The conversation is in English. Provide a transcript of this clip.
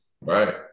Right